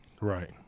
right